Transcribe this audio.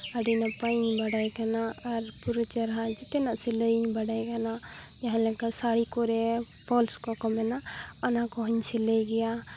ᱟᱹᱰᱤ ᱱᱟᱯᱟᱭᱤᱧ ᱵᱟᱰᱟᱭ ᱠᱟᱱᱟ ᱟᱨ ᱯᱩᱨᱟᱹ ᱪᱮᱨᱦᱟ ᱡᱮᱛᱮᱱᱟᱜ ᱥᱤᱞᱟᱹᱭ ᱤᱧ ᱵᱟᱰᱟᱭᱟ ᱠᱟᱱᱟ ᱡᱟᱦᱟᱸ ᱞᱮᱠᱟ ᱥᱟᱹᱲᱤ ᱠᱚᱨᱮ ᱯᱷᱚᱞᱥ ᱠᱚᱠᱚ ᱢᱮᱱᱟ ᱚᱱᱟ ᱠᱚ ᱦᱚᱧ ᱥᱤᱞᱟᱹᱭ ᱜᱮᱭᱟ